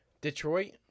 Detroit